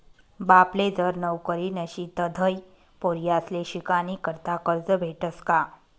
बापले जर नवकरी नशी तधय पोर्याले शिकानीकरता करजं भेटस का?